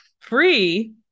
free